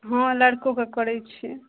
हँ लड़िकोके करय छियै